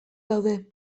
daude